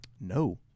No